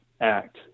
act